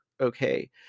okay